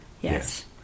Yes